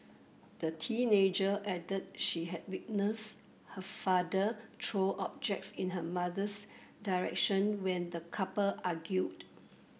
the teenager added she had witnessed her father throw objects in her mother's direction when the couple argued